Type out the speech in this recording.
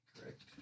correct